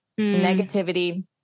negativity